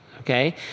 okay